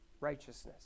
Righteousness